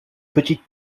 petite